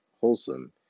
wholesome